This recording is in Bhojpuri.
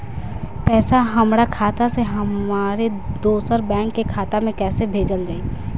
पैसा हमरा खाता से हमारे दोसर बैंक के खाता मे कैसे भेजल जायी?